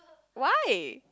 why